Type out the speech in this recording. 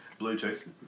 Bluetooth